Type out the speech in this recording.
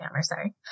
Sorry